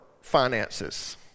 finances